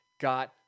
got